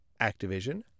Activision